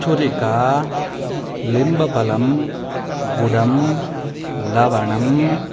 छुरिका निम्बफलं गुडं लवणं